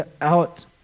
out